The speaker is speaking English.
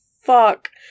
Fuck